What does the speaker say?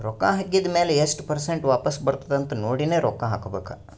ರೊಕ್ಕಾ ಹಾಕಿದ್ ಮ್ಯಾಲ ಎಸ್ಟ್ ಪರ್ಸೆಂಟ್ ವಾಪಸ್ ಬರ್ತುದ್ ಅಂತ್ ನೋಡಿನೇ ರೊಕ್ಕಾ ಹಾಕಬೇಕ